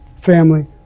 family